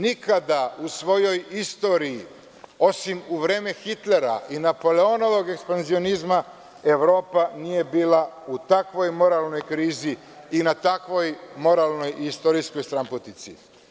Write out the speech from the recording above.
Nikada u svojoj istoriji, osim u vreme Hitlera i Napoleonovog ekspanzionizma, Evropa nije bila u takvoj moralnoj krizi i na takvoj moralnoj i istorijskoj stranputici.